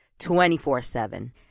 24-7